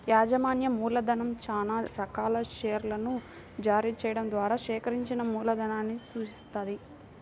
యాజమాన్య మూలధనం చానా రకాల షేర్లను జారీ చెయ్యడం ద్వారా సేకరించిన మూలధనాన్ని సూచిత్తది